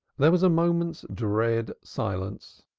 there was a moment's dread silence.